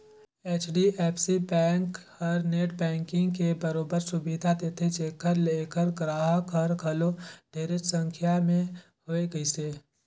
HDFC bank हर net banking के बरोबर सुबिधा देथे जेखर ले ऐखर गराहक हर घलो ढेरेच संख्या में होए गइसे